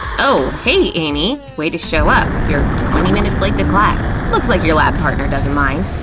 oh hey, amy! way to show up you're twenty minutes late to class! looks like your lab partner doesn't mind.